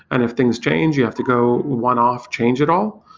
and if things change, you have to go one-off, change it all,